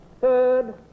Third